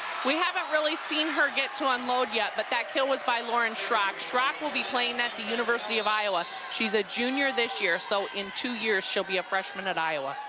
we haven't really seen her get to unload yet, but that killwas by lauren schrock. schrock will be playing at the university of iowa. she's a junior this year so in two years she'll be a freshman at iowa.